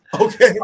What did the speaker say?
okay